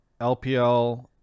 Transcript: LPL